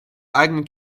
eigenen